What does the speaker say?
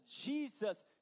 Jesus